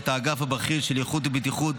את האגף הבכיר של איכות ובטיחות